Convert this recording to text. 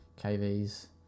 KV's